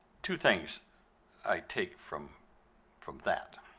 two things i take from from that.